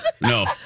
No